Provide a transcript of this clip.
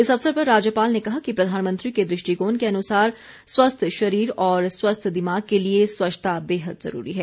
इस अवसर पर राज्यपाल ने कहा कि प्रधानमंत्री के दृष्टिकोण के अनुसार स्वस्थ शरीर और स्वस्थ दिमाग के लिए स्वच्छता बेहद जरूरी है